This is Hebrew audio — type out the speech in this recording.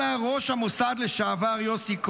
אלא ראש המוסד לשעבר יוסי כהן,